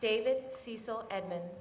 david cecil edmund